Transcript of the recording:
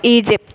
Egypt